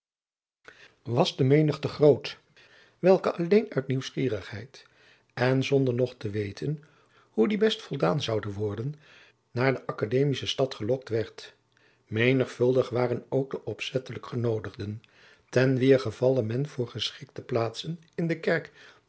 was de menigte groot welke alleen uit nieuwsgierigheid en zonder nog te weten hoe die best voldaan zoude worden naar de academiestad gelokt werd menigvuldig waren ook de opzettelijk genoodigden ten wier gevalle men voor geschikte plaatsen in de kerk